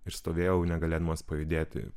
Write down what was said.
ir stovėjau negalėdamas pajudėti